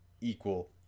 equal